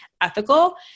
ethical